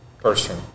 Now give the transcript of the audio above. person